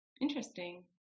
interesting